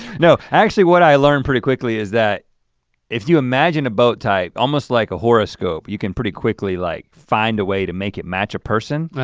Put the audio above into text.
no actually what i learned pretty quickly is that if you imagine a boat type, almost like a horoscope, you can pretty quickly like find a way to make it match a person.